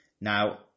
Now